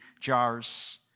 jars